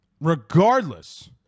regardless